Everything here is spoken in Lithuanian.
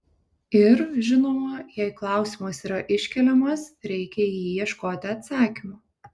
ir žinoma jei klausimas yra iškeliamas reikia į jį ieškoti atsakymo